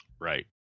Right